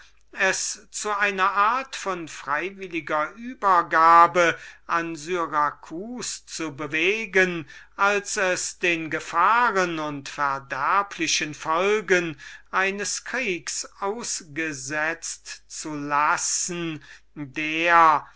zu einer art von freiwilliger übergabe an syracus zu bewegen als es den gefahren und verderblichen folgen eines kriegs ausgesetzt zu lassen der